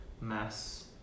Mass